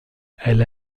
elle